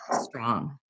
strong